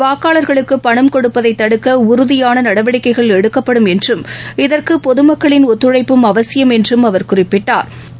வாக்காள்களுக்கு பணம் கொடுப்பதை தடுக்க உறுதியான நடவடிக்கைகள் எடுக்கப்படும் என்றும் இதற்கு பொதுமக்களின் ஒத்துழைப்பும் அவசியம் என்றும் அவா் குறிப்பிட்டாா்